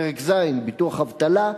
פרק ז' ביטוח אבטלה,